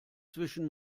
zwischen